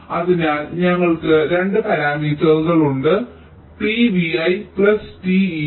അതിനാൽ ഞങ്ങൾക്ക് 2 പരാമീറ്ററുകൾ ഉണ്ട് t vi plus t ei